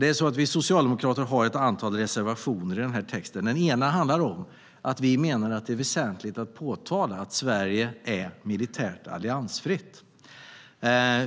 Det är så att vi socialdemokrater har ett antal reservationer i den här texten. En handlar om att vi menar att det är väsentligt att påtala att Sverige är militärt alliansfritt.